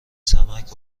سمعک